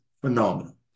phenomenal